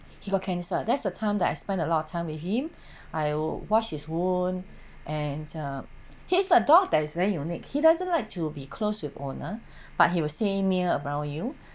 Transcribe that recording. he got cancer that's the time that I spend a lot of time with him I wash his wound and err he's a dog that is very unique he doesn't like to be closed with owner but he will stay near around you